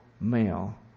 male